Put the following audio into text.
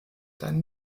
dein